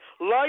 life